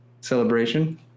Celebration